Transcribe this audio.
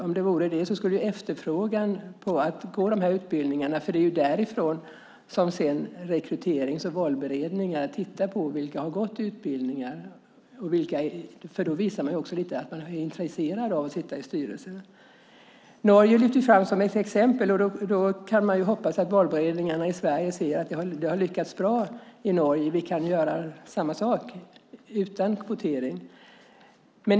Om så vore fallet skulle det visa sig i efterfrågan på utbildningarna. Rekryterings och valberedningar tittar på vilka som gått utbildningar eftersom man därmed lite grann visar att man är intresserad av att sitta i styrelser. Norge lyftes fram som ett exempel. Man kan hoppas att valberedningarna i Sverige ser att det lyckats bra i Norge och att vi kan göra samma sak, utan kvotering.